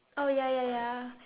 oh ya ya ya